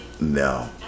No